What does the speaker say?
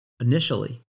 initially